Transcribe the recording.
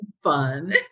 fun